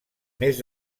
més